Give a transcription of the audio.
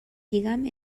lligam